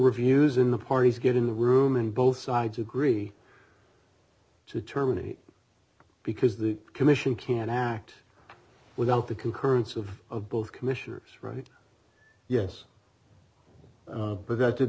reviews in the parties get in the room and both sides agree to terminate because the commission can act without the concurrence of of both commissioners right yes but that did